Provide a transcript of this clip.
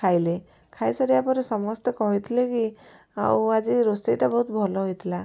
ଖାଇଲେ ଖାଇସାରିବା ପରେ ସମସ୍ତେ କହିଥିଲେ କି ଆଉ ଆଜି ରୋଷେଇଟା ବହୁତ ଭଲ ହେଇଥିଲା